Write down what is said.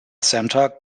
center